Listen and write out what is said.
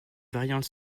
variante